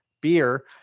beer